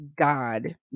God